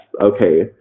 okay